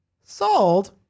sold